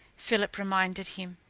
philip reminded him.